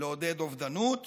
לעודד אובדנות